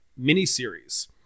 miniseries